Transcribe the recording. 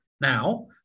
now